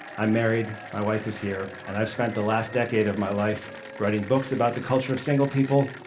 i'm married. my wife is here, and i've spent the last decade of my life writing books about the culture of single people.